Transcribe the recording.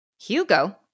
Hugo